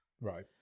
Right